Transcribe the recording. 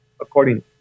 accordingly